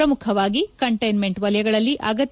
ಪ್ರಮುಖವಾಗಿ ಕಂಟೈನ್ಮೆಂಟ್ ವಲಯಗಳಲ್ಲಿ ಅಗತ್ಯ